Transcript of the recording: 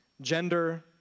gender